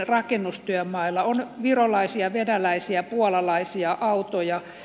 on virolaisia venäläisiä puolalaisia autoja